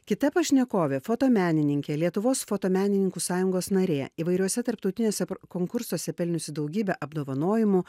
kita pašnekovė fotomenininkė lietuvos fotomenininkų sąjungos narė įvairiuose tarptautiniuose konkursuose pelniusi daugybę apdovanojimų